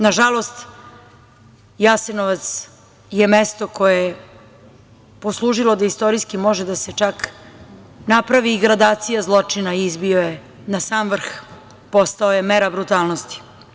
Nažalost, Jasenovac je mesto koje poslužilo da istorijski može da se čak napravi i gradacija zločina i izbio je na sam vrh, postao je mera brutalnosti.